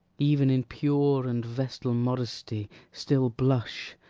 even in pure and vestal modesty, still blush,